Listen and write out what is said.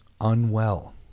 unwell